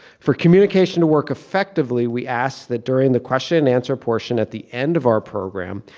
for communication work effectively we ask that during the question and answer portion at the end of our program,